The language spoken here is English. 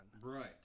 Right